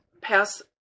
pass